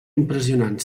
impressionant